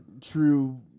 true